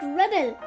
rebel